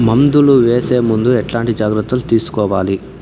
మందులు వేసే ముందు ఎట్లాంటి జాగ్రత్తలు తీసుకోవాలి?